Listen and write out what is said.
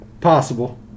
Possible